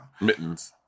Mittens